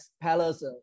palace